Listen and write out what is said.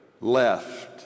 left